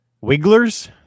Wigglers